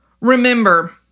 Remember